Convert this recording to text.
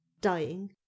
dying